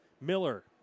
Miller